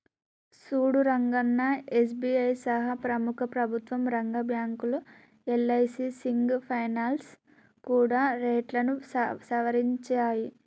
సూడు రంగన్నా ఎస్.బి.ఐ సహా ప్రముఖ ప్రభుత్వ రంగ బ్యాంకులు యల్.ఐ.సి సింగ్ ఫైనాల్స్ కూడా రేట్లను సవరించాయి